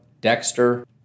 Dexter